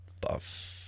Buff